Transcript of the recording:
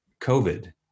COVID